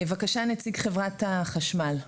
בבקשה נציג חברת החשמל.